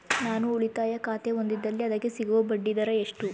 ನಾನು ಉಳಿತಾಯ ಖಾತೆ ಹೊಂದಿದ್ದಲ್ಲಿ ಅದಕ್ಕೆ ಸಿಗುವ ಬಡ್ಡಿ ದರ ಎಷ್ಟು?